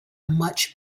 much